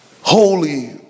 Holy